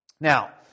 Now